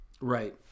Right